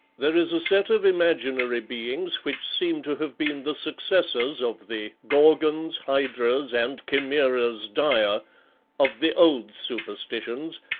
there is a set of imaginary beings which seem to have been the successors of the gorgons, hydras, and chimeras dire of the old superstitions,